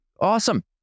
Awesome